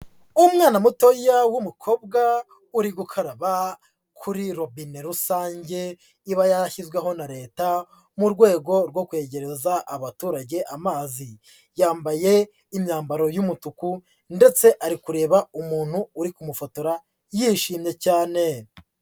Umwanawana mutoya w'umukobwa uri gukaraba kuri robine rusange iba yarashyizweho na Leta mu rwego rwo kwegereza abaturage amazi, yambaye imyambaro y'umutuku ndetse ari kureba umuntu uri kumufotora yishimye cyane.